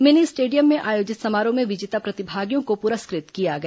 mini stadium में आयोजित समारोह में विजेता प्रतिभागियों को पुरस्कृत किया गया